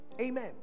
Amen